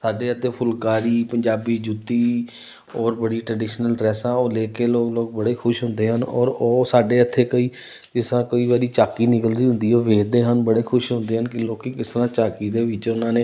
ਸਾਡੇ ਇੱਥੇ ਫੁਲਕਾਰੀ ਪੰਜਾਬੀ ਜੁੱਤੀ ਔਰ ਬੜੀ ਟਰਡੀਸ਼ਨਲ ਡਰੈੱਸਾਂ ਉਹ ਲੈ ਕੇ ਲੋਕ ਲੋਕ ਬੜੇ ਖੁਸ਼ ਹੁੰਦੇ ਹਨ ਔਰ ਉਹ ਸਾਡੇ ਇੱਥੇ ਕਈ ਜਿਸ ਤਰ੍ਹਾਂ ਕਈ ਵਾਰੀ ਝਾਕੀ ਨਿਕਲਦੀ ਹੁੰਦੀ ਉਹ ਦੇਖਦੇ ਹਨ ਬੜੇ ਖੁਸ਼ ਹੁੰਦੇ ਹਨ ਕਿ ਲੋਕ ਕਿਸ ਤਰ੍ਹਾਂ ਝਾਕੀ ਦੇ ਵਿੱਚ ਉਹਨਾਂ ਨੇ